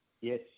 Yes